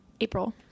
april